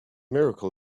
miracle